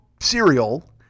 cereal